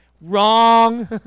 wrong